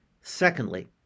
Secondly